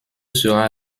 sera